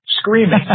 screaming